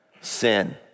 sin